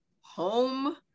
home